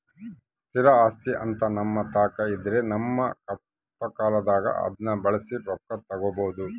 ಸ್ಥಿರ ಆಸ್ತಿಅಂತ ನಮ್ಮತಾಕ ಇದ್ರ ನಮ್ಮ ಕಷ್ಟಕಾಲದಾಗ ಅದ್ನ ಬಳಸಿ ರೊಕ್ಕ ತಗಬೋದು